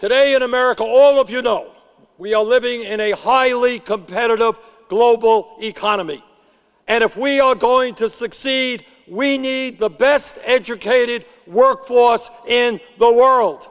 today in america all of you know we are living in a highly competitive global economy and if we are going to succeed we need the best educated workforce in the world